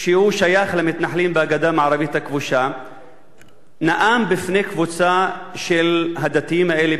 ששייך למתנחלים בגדה המערבית הכבושה נאם בפני קבוצה של הדתיים האלה